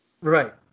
Right